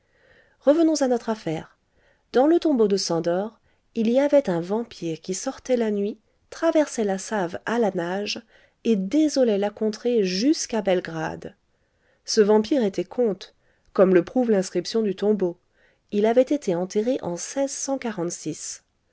revenons à notre affaire dans le tombeau de szandor il y avait un vampire qui sortait la nuit traversait la save à la nage et désolait la contrée jusqu'à belgrade ce vampire était comte comme le prouve l'inscription du tombeau il avait été enterré en